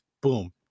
Boom